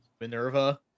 Minerva